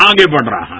आगे बढ़ रहा है